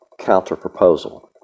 Counterproposal